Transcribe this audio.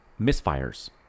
misfires